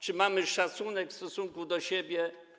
Czy mamy szacunek w stosunku do siebie?